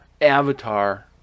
avatar –